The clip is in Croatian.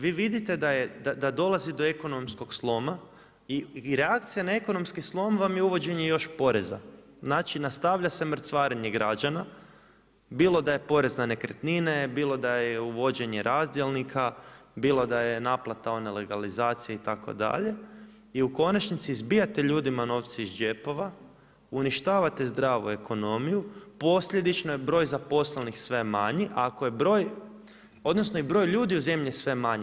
Vi vidite da dolazi do ekonomskog sloma i reakcija na ekonomski slom vam je uvođenje još poreza, znači nastavlja se mrcvarenje građana bilo da je porez na nekretnine, bilo da je uvođenje razdjelnika, bilo da je naplate one legalizacije itd. i u konačnici izbijate ljudima novce iz džepova, uništavate zdravu ekonomiju, posljedično je broj zaposlenih sve manji, odnosno i broj ludi u zemlji je sve manji.